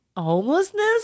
homelessness